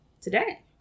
today